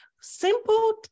simple